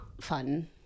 fun